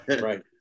Right